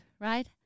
right